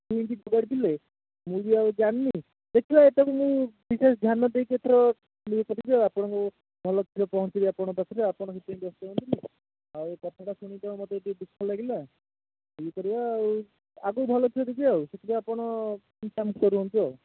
ଦୁହିଁକି ଫୋପାଡ଼ିଥିଲେ ମୁଁ ବି ଆଉ ଜାଣିନି ଦେଖିବା ଏଇଟାକୁ ମୁଁ ଟିକିଏ ଧ୍ୟାନ ଦେଇକି ଏଥର ଇଏ କରିବି ଆଉ ଆପଣଙ୍କୁ ଭଲ କ୍ଷୀର ପହଁଚେଇବି ଆପଣଙ୍କ ପାଖରେ ଆପଣ ସେଥିପାଇଁ ବ୍ୟସ୍ତ ହୁଅନ୍ତୁନି ଆଉ କଥାଟା ଶୁଣିକି ମତେ ଟିକେ ଦୁଃଖ ଲାଗିଲା ଇଏ କରିବା ଆଉ ଆଗକୁ ଭଲ କ୍ଷୀର ଦେବି ଆଉ ସେଥିପାଇଁ ଆପଣ ଚିନ୍ତା ମୁକ୍ତ ରୁହନ୍ତୁ ଆଉ